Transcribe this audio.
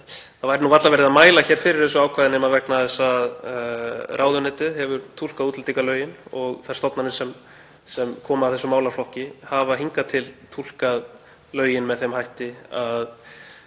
það væri varla verið að mæla fyrir þessu ákvæði nema vegna þess að ráðuneytið hefur túlkað útlendingalögin þannig og þær stofnanir sem koma að þessum málaflokki hafa hingað til túlkað lögin með þeim hætti að